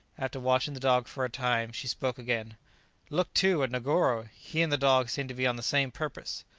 after watching the dog for a time, she spoke again look, too, at negoro! he and the dog seem to be on the same purpose!